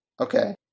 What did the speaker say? Okay